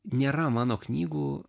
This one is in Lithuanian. nėra mano knygų